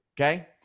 okay